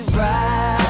right